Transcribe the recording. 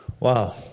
Wow